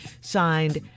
Signed